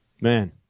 Man